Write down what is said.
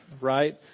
right